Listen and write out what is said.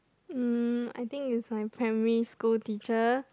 mm I think it's my primary school teacher